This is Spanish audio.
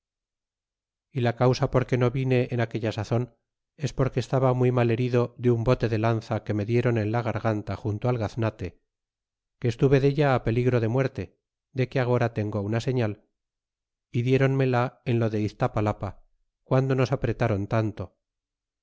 y la causa porque no vine en aquella sazon es porque estaba muy mal herido de un bote de lanza que me diéron en la garganta junto al gaznate que estuve della peligro de muerte de que agora tengo una señal y diéronmela en lo de iztapalapa guando nos apretaron tanto